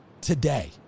today